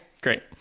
Great